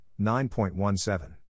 9.17